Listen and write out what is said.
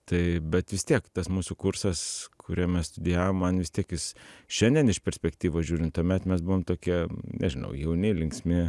tai bet vis tiek tas mūsų kursas kuriame studijavom man jis tiek jis šiandien iš perspektyvos žiūrint tuomet mes buvom tokie nežinau jauni linksmi